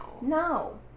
No